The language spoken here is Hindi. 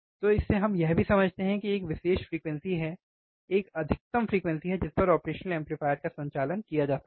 तो इससे हम यह भी समझते हैं कि एक विशेष फ्रीक्वेंसी है एक अधिकतम फ्रीक्वेंसी है जिस पर ऑपरेशनल एम्पलीफायर का संचालन किया जा सकता है